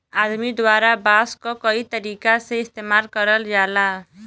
आदमी द्वारा बांस क कई तरीका से इस्तेमाल करल जाला